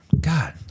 God